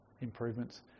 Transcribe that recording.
improvements